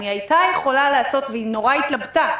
אם היא הייתה יכולה לעשות, והיא מאוד התלבטה,